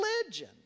religion